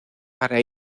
para